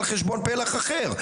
על חשבון פלח אחר,